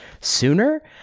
sooner